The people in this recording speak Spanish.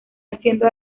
haciendo